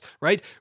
right